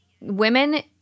women